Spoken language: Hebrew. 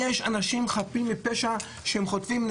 יש אנשים חפים מפשע שהם חוטפים.